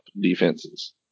defenses